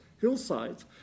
hillsides